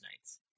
Nights